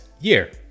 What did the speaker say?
year